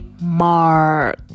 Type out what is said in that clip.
mark